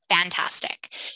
fantastic